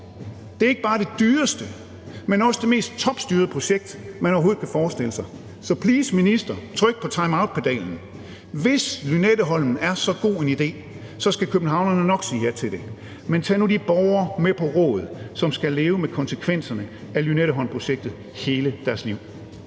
Det er ikke bare det dyreste, men også det mest topstyrede projekt, man overhovedet kan forestille sig. Så please, minister, tryk på timeoutpedalen. Hvis Lynetteholmen er så god en idé, skal københavnerne nok sige ja til det, men tag nu de borgere, som skal leve med konsekvenserne af Lynetteholmprojektet hele deres liv,